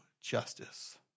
justice